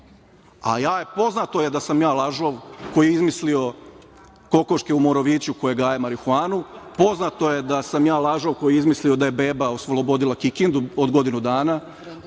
je da sam ja lažov koji je izmislio kokoške u Moroviću koje gaje marihuanu, poznato je da sam ja lažov koji je izmislio da je beba oslobodila Kikindu od godinu dana,